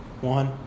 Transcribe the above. one